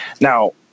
Now